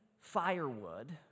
firewood